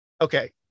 Okay